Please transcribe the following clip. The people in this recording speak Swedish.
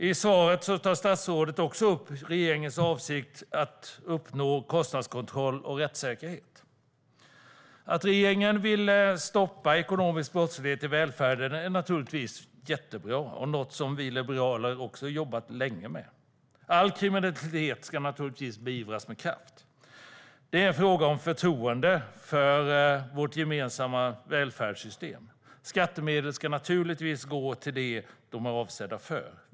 I svaret tar statsrådet upp att regeringens avsikt är att uppnå kostnadskontroll och rättssäkerhet. Att regeringen vill stoppa ekonomisk brottslighet i välfärden är naturligtvis jättebra och något som vi liberaler jobbat länge med. All kriminalitet ska beivras med kraft. Det är en fråga om förtroende för vårt gemensamma välfärdssystem. Skattemedel ska gå till det de är avsedda för.